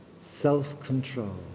self-control